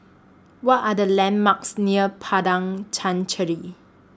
What Are The landmarks near Padang Chancery